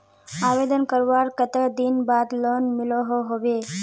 आवेदन करवार कते दिन बाद लोन मिलोहो होबे?